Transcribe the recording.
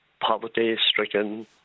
poverty-stricken